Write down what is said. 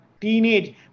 teenage